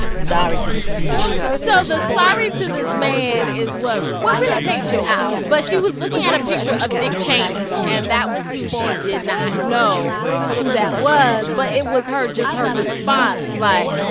sorry to this man so the sorry to this man is what what really takes you out, but she was looking at a picture of dick cheney, and that was who she did not know who that was, but it was her just her response, like,